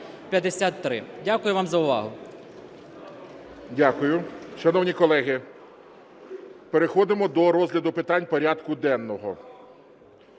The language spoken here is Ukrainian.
Дякую вам за увагу.